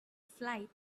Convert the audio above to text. flight